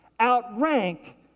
outrank